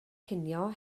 cinio